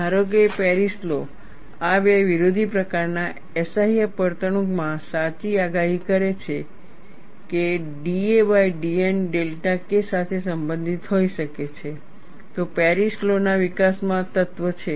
ધારો કે Paris law આ બે વિરોધી પ્રકારના SIF વર્તણૂકમાં સાચી આગાહી કરે છે કે da by dN delta K સાથે સંબંધિત હોઈ શકે છે તો પેરિસ લૉ ના વિકાસમાં તત્વ છે